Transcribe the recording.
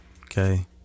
okay